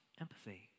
Empathy